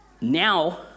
Now